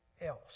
else